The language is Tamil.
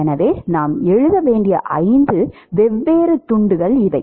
எனவே நாம் எழுத வேண்டிய ஐந்து வெவ்வேறு துண்டுகள் இவை